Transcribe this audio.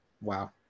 wow